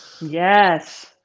Yes